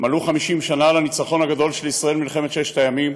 מלאו 50 שנה לניצחון הגדול של ישראל במלחמת ששת הימים,